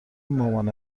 مامان